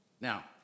Now